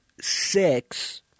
six